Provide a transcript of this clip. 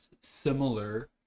similar